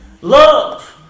Love